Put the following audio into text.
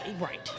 Right